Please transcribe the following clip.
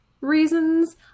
reasons